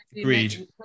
Agreed